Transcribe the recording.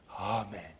Amen